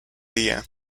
día